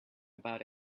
about